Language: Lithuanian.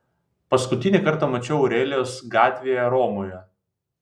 paskutinį kartą mačiau aurelijos gatvėje romoje